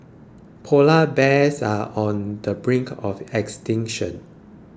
Polar Bears are on the brink of extinction